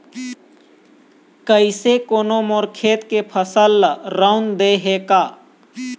कइसे कोनो मोर खेत के फसल ल रंउद दे हे का?